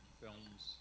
films